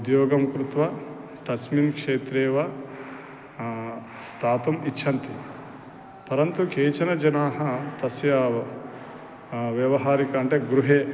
उद्योगं कृत्वा तस्मिन् क्षेत्रेव स्थातुम् इच्छन्ति परन्तु केचन जनाः तस्य व्यावहारिक अन्ते गृहे